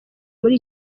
muri